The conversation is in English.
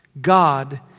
God